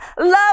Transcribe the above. Love